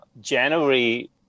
January